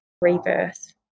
rebirth